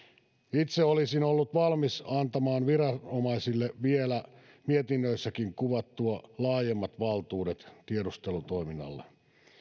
itse olisin ollut valmis antamaan viranomaisille vielä mietinnöissäkin kuvattua laajemmat valtuudet tiedustelutoiminnalle